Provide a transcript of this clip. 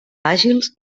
àgils